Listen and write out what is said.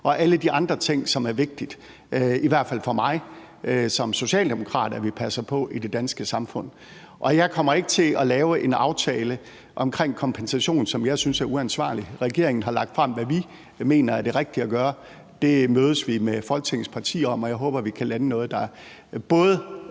og alle de andre ting, som er vigtige. Det er i hvert fald vigtigt for mig som socialdemokrat, at vi passer på det danske samfund. Og jeg kommer ikke til at lave en aftale omkring kompensation, som jeg synes er uansvarlig. Regeringen har lagt frem, hvad vi mener er det rigtige at gøre. Det mødes vi med Folketingets partier om, og jeg håber, at vi kan lande noget, der både